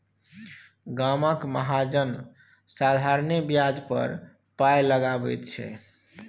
गामक महाजन साधारणे ब्याज पर पाय लगाबैत छै